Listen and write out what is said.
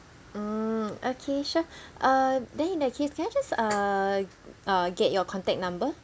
mm okay sure uh then in that case can I just uh uh get your contact number